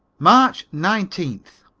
march nineteenth.